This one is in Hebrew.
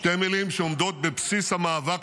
חברת הכנסת מירב בן ארי,